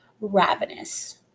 ravenous